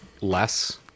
less